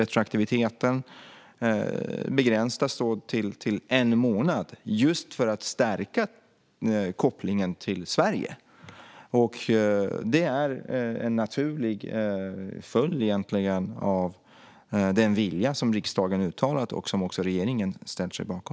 Retroaktiviteten begränsas till en månad just för att stärka kopplingen till Sverige. Det är en naturlig följd av den vilja som riksdagen har uttalat och som också regeringen ställt sig bakom.